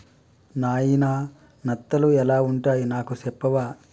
నాయిన నత్తలు ఎలా వుంటాయి నాకు సెప్పవా